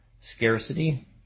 scarcity